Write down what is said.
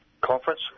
conference